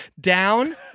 down